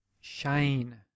Shane